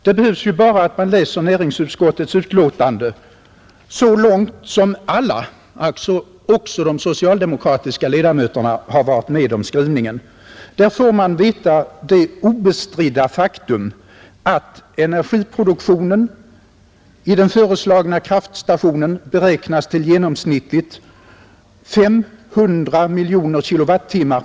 Det behövs ju bara att man läser näringsutskottets betänkande så långt som alla — alltså också de socialdemokratiska ledamöterna — har varit med om skrivningen. Där får man reda på det obestridda faktum att energiproduktionen i den föreslagna kraftstationen ”beräknas till genomsnittligt ca 500 GWh (inilj.